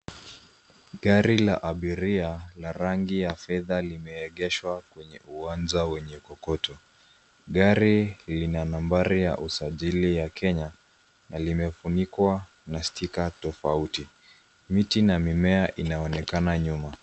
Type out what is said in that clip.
Gari la abiria na rangi ya fedha limeegeshwa kwenye uwanja wenye kokoto. Gari lina nambari ya usajili ya Kenya na limefunikwa na stika tofauti. Viti na mimea inaonekana nyuma.